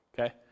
Okay